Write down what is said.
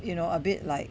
you know a bit like